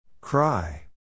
Cry